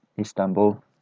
Istanbul